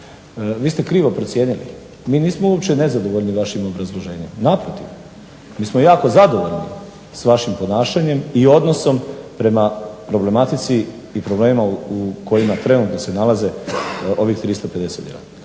Vi ste krivo procijenili. Mi nismo uopće nezadovoljni vašim obrazloženjem, naprotiv, mi smo jako zadovoljni sa vašim ponašanjem i odnosnom prema problematici i problemima u kojima se trenutno nalaze ovih 350 radnika.